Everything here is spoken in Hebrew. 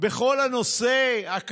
שום דבר.